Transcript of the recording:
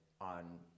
on